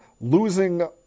Losing